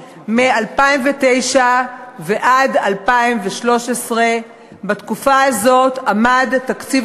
מ-2009 ועד 2013. בתקופה הזאת עמד תקציב